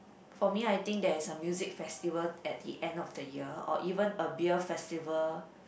for me I think there is a music festival at the end of the year or even a beer festival